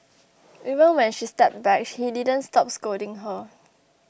even when she stepped back he didn't stop scolding her